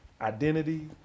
identity